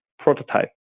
Prototype